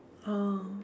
oh